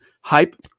hype